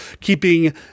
keeping